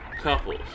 couples